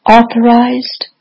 Authorized